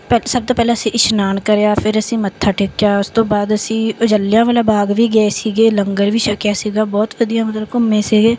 ਪਹਿ ਸਭ ਤੋਂ ਪਹਿਲਾਂ ਅਸੀਂ ਇਸਨਾਨ ਕਰਿਆ ਫਿਰ ਅਸੀਂ ਮੱਥਾ ਟੇਕਿਆ ਉਸ ਤੋਂ ਬਾਅਦ ਅਸੀਂ ਉਹ ਜਿਲ੍ਹਿਆ ਵਾਲਾ ਬਾਗ ਵੀ ਗਏ ਸੀਗੇ ਲੰਗਰ ਵੀ ਛਕਿਆ ਸੀਗਾ ਬਹੁਤ ਵਧੀਆ ਮਤਲਬ ਘੁੰਮੇ ਸੀਗੇ